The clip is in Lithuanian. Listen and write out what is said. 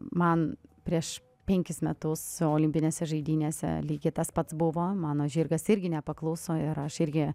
man prieš penkis metus olimpinėse žaidynėse lygiai tas pats buvo mano žirgas irgi nepakluso ir aš irgi